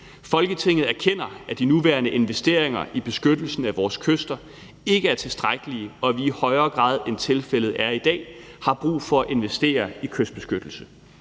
Folketinget erkender, at de nuværende investeringer i beskyttelse af vore kyster ikke er tiltrækkelige, og at vi i højere grad, end tilfældet er i dag, har brug for at investere i kystbeskyttelse.